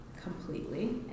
completely